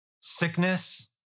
sickness